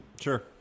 Sure